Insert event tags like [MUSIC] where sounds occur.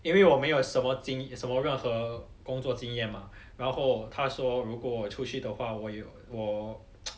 因为我没有什么经什么任何工作经验嘛然后他说如果出去的话我有我 [NOISE]